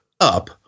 up